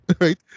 right